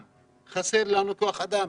חסר להם כוח אדם,